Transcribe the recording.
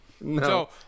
No